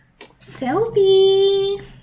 Selfie